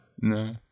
No